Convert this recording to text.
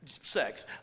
Sex